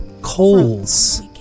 coals